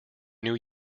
new